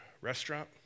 restaurant